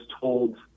told